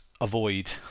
avoid